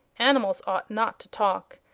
animals ought not to talk.